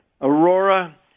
Aurora